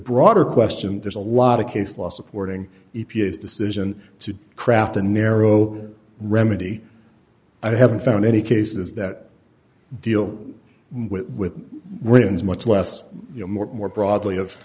broader question there's a lot of case law supporting e p a s decision to craft a narrow remedy i haven't found any cases that deal with winds much less you know more more broadly of